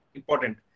important